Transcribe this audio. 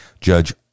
judge